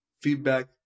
Feedback